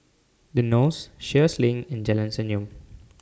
The Knolls Sheares LINK and Jalan Senyum